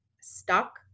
stuck